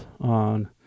on